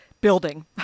building